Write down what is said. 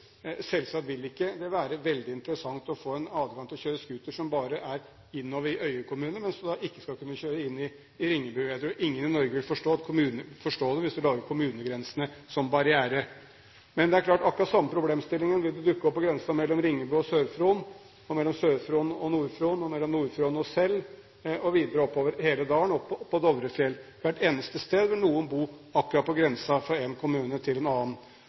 selvsagt ikke være veldig interessant å få adgang til å kjøre scooter innover i Øyer kommune hvis du ikke også skal kunne kjøre inn i Ringebu. Jeg tror ingen i Norge vil forstå om man bruker kommunegrensene som barriere. Men det er klart at akkurat den samme problemstillingen vil dukke opp på grensen mellom Ringebu og Sør-Fron, mellom Sør-Fron og Nord-Fron, mellom Nord-Fron og Sel og videre oppover hele dalen til Dovrefjell. Hvert eneste sted vil noen bo akkurat på grensen mellom en kommune og en annen.